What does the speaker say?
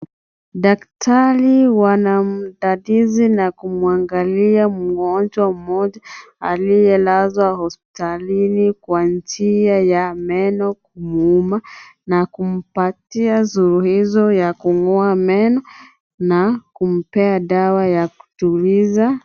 Daktari wanamdadisi na kumwangalia mgonjwa mmoja aliyelazwa hospitalini kwa njia ya meno kumuuma na kumpatia suluhisho ya kungoa meno na kumpea dawa ya kutuliza .